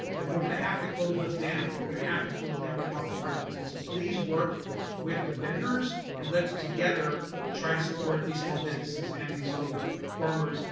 then we're going to have to close those down and we're going to have to close down the pop-up markets. and so please work with the vendors and let's together try to support these small businesses, and local farmers,